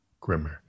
Grimmer